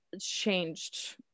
changed